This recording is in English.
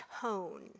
tone